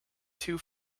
too